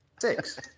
Six